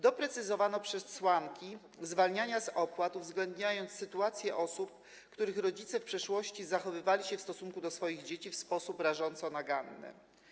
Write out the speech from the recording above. Doprecyzowano przesłanki zwalniania z opłat, uwzględniając sytuację osób, których rodzice w przeszłości zachowywali się w stosunku do nich w sposób rażąco naganny.